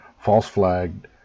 false-flagged